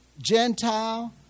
Gentile